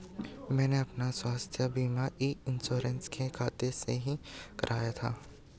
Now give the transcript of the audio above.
मैंने अपना स्वास्थ्य बीमा ई इन्श्योरेन्स के खाते से ही कराया था